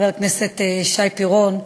חבר הכנסת שי פירון,